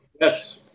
yes